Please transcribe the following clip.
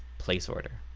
place order.